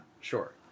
Sure